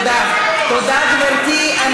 תודה, גברתי.